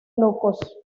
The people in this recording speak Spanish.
locos